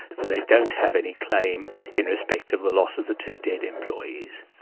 they don't have any claim in respect of the loss of the two dead employees.